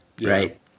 right